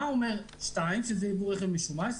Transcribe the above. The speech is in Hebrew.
מה אומר סעיף 2, שזה יבוא רכב משומש?